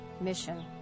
mission